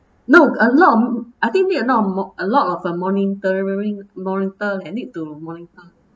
no a lot of I think need a lot of mo~ a lot of uh monitoring monitor I need to monitor